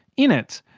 in it,